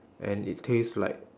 and it taste like